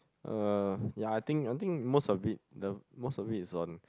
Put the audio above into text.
uh ya I think I think most of it the most of it is on